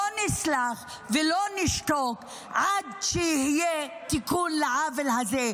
לא נסלח ולא נשתוק עד שיהיה תיקון לעוול הזה,